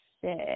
six